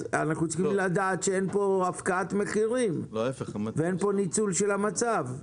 אנחנו צריכים לדעת שאין כאן הפקעת מחירים ושאין כאן ניצול של המצב.